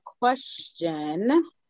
question